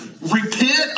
repent